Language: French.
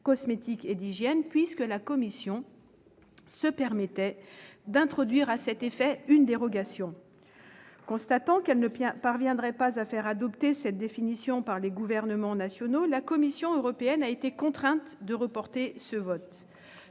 cosmétiques et d'hygiène, la Commission se permettant d'introduire à cet effet une dérogation. Constatant qu'elle ne parviendrait pas à faire adopter cette définition par les gouvernements nationaux, la Commission européenne a été contrainte de reporter le vote.